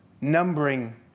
numbering